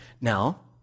Now